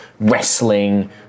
wrestling